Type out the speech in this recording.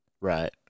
Right